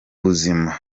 buzima